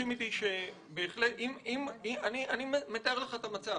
אני מתאר לך מצב